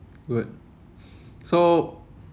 good so